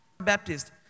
Baptist